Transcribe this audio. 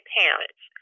parents